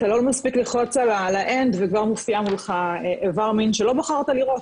אתה לא מספיק ללחוץ על ה-אנד וכבר מופיע מולך איבר מין שלא בחרת לראות,